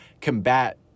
combat